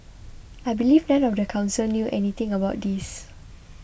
I believe none of the council knew anything about this